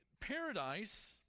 Paradise